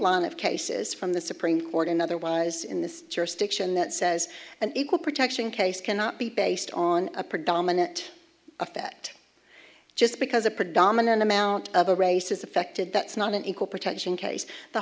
line of cases from the supreme court and otherwise in this jurisdiction that says an equal protection case cannot be based on a predominant effect just because a predominant amount of a race is affected that's not an equal protection case the